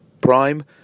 prime